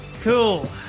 Cool